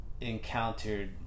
encountered